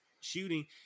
shooting